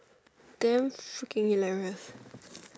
damn fucking hilarious